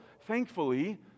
thankfully